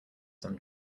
some